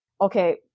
okay